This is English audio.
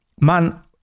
man